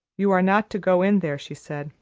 you are not to go in there, she said.